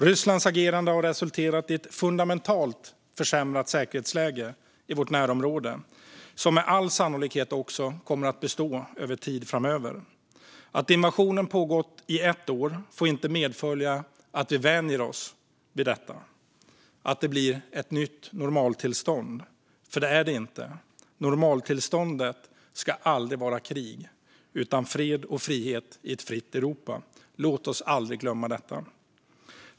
Rysslands agerande har resulterat i ett fundamentalt försämrat säkerhetsläge i vårt närområde som med all sannolikhet kommer att bestå under lång tid framöver. Att invasionen har pågått i ett år får inte medföra att vi vänjer oss vid detta. Det får inte bli ett normaltillstånd, för det är det inte. Normaltillståndet ska aldrig vara krig utan fred och frihet i ett fritt Europa. Låt oss aldrig glömma detta!